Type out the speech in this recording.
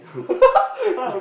you